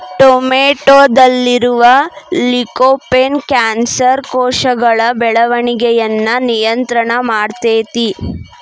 ಟೊಮೆಟೊದಲ್ಲಿರುವ lycopene cancer ಕೋಶಗಳ ಬೆಳವಣಿಗಯನ್ನ ನಿಯಂತ್ರಣ ಮಾಡ್ತೆತಿ